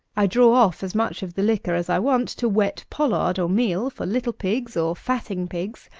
i draw off as much of the liquor as i want to wet pollard, or meal, for little pigs or fatting-pigs,